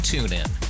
TuneIn